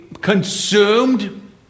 consumed